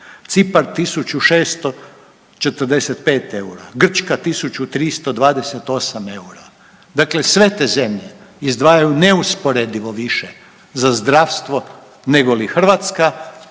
Cipar 1.645 eura, Grčka 1.328 eura, dakle sve te zemlje izdvajaju neusporedivo više za zdravstvo negoli Hrvatska,